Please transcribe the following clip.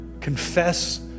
Confess